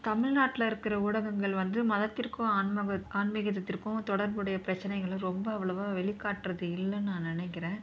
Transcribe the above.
தமிழ்நாட்ல இருக்கிற ஊடகங்கள் வந்து மதத்திற்கும் ஆன்மீக ஆன்மீகத்திற்கும் தொடர்புடைய பிரச்சினைகள ரொம்ப அவ்வளவா வெளிக்காட்டுறது இல்லைன்னு நான் நினைக்கிறேன்